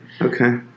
okay